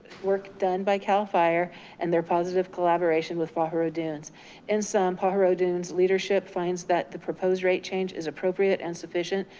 work done by cal fire and their positive collaboration with pajaro dunes in some pajaro dunes' leadership finds that the proposed rate change is appropriate and sufficient,